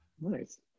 Nice